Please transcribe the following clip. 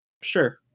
sure